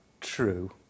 true